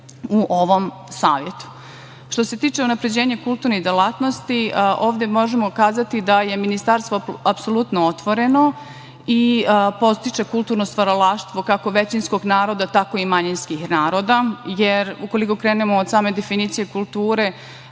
u ovom savetu. Što se tiče unapređenja kulturnih delatnosti, ovde možemo reći da je Ministarstvo apsolutno otvoreno i podstiče kulturno stvaralaštvo kako većinskog naroda, tako i manjinskih naroda, jer ukoliko krenemo od same definicije kulture,